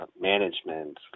management